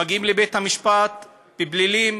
מגיעים לבית המשפט לעניינים פליליים